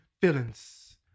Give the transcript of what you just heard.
Feelings